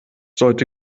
sollte